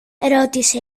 ρώτησε